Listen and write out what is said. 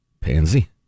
Pansy